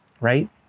Right